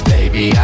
Baby